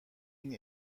این